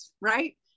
right